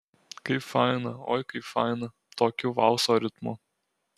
kaip faina oi kaip faina tokiu valso ritmu